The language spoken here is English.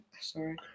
Sorry